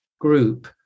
group